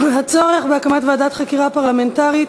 הצורך בהקמת ועדת חקירה פרלמנטרית